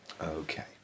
Okay